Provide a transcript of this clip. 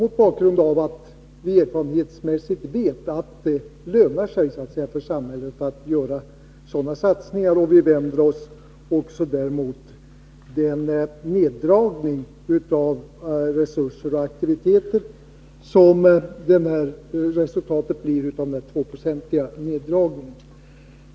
Det gör vi mot bakgrund av att vi erfarenhetsmässigt vet att det lönar sig för samhället att göra sådana satsningar. I den reservationen vänder vi oss också mot den minskning av resurser och aktiviteter som blir resultatet av den 2-procentiga neddragningen.